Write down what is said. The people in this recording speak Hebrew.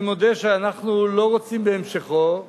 אני מודה שאנחנו לא רוצים בהמשכו,